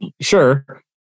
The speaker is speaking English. Sure